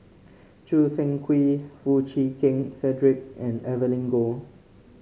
Choo Seng Quee Foo Chee Keng Cedric and Evelyn Goh